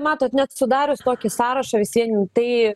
matot net sudarius tokį sąrašą vis vien tai